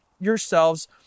yourselves